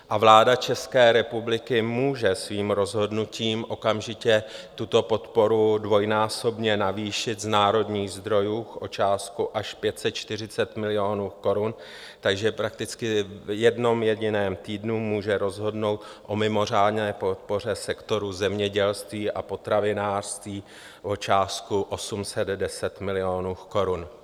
A vláda České republiky může svým rozhodnutím okamžitě tuto podporu dvojnásobně navýšit z národních zdrojů o částku až 540 milionů korun, takže prakticky v jednom jediném týdnu může rozhodnout o mimořádné podpoře sektoru zemědělství a potravinářství o částku 810 milionů korun.